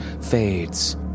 fades